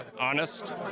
honest